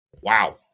Wow